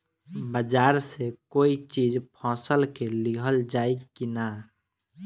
बाजार से कोई चीज फसल के लिहल जाई किना?